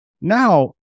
now